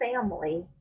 family